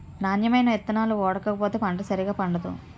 నాణ్యమైన ఇత్తనాలు ఓడకపోతే పంట సరిగా పండదు